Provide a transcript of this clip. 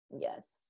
Yes